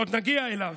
עוד נגיע אליו.